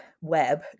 web